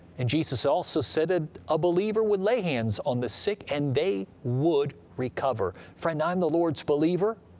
and jesus also said a ah believer would lay hands on the sick and they would recover. friend, i'm the lord's believer.